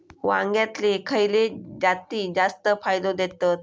वांग्यातले खयले जाती जास्त फायदो देतत?